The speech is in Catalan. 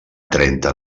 trenta